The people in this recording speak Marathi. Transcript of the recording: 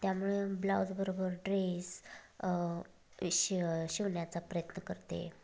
त्यामुळे ब्लाउजबरोबर ड्रेस शी शिवण्याचा प्रयत्न करते